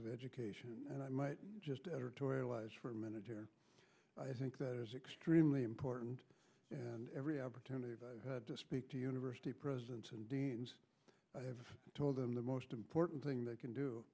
of education and i might just editorialize for a minute there i think that is extremely important and every opportunity to speak to university presidents and deans have told them the most important thing they can do